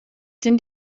sind